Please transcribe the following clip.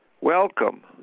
welcome